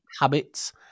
Habits